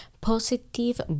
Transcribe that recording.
positive